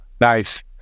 Nice